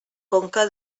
conca